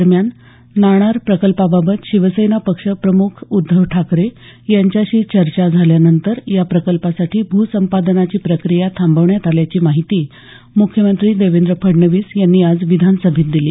दरम्यान नाणार प्रकल्पाबाबत शिवसेना पक्ष प्रम्ख उद्धव ठाकरे यांच्याशी चर्चा झाल्यानंतर या प्रकल्पासाठी भूसंपादनाची प्रक्रिया थांबवण्यात आल्याची माहिती मुख्यमंत्री देवेंद्र फडणवीस यांनी आज विधानसभेत दिली